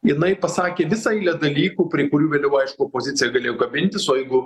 jinai pasakė visą eilę dalykų prie kurių vėliau aišku opozicija galėjo kabintis o jeigu